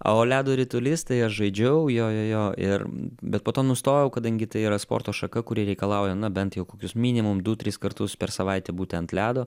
o ledo ritulys tai aš žaidžiau jo jo jo ir bet po to nustojau kadangi tai yra sporto šaka kuri reikalauja na bent jau kokius minimum du tris kartus per savaitę būtent ledo